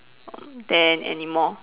there anymore